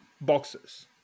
boxes